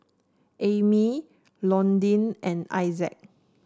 Ammie Londyn and Issac